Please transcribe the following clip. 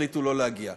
החליטו שלא להגיע.